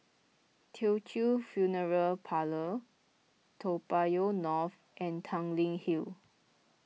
Teochew Funeral Parlour Toa Payoh North and Tanglin Hill